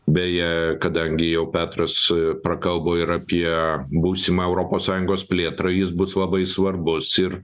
beje kadangi jau petras prakalbo ir apie būsimą europos sąjungos plėtrą jis bus labai svarbus ir